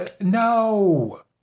No